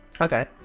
Okay